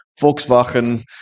Volkswagen